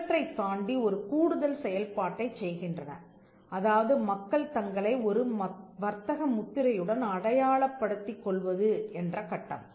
இவற்றைத் தாண்டி ஒரு கூடுதல் செயல்பாட்டைச் செய்கின்றன அதாவது மக்கள் தங்களை ஒரு வர்த்தக முத்திரையுடன் அடையாளப்படுத்திக் கொள்வது என்ற கட்டம்